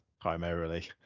primarily